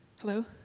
Hello